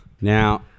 Now